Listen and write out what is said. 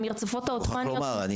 המרצפות העות'מאניות --- אני מוכרח לומר,